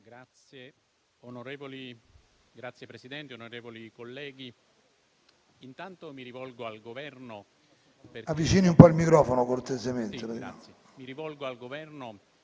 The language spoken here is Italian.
Signor Presidente, onorevoli colleghi,